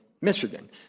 Michigan